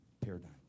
paradigm